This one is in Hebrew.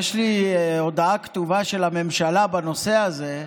יש לי הודעה כתובה של הממשלה בנושא הזה,